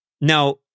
Now